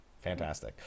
Fantastic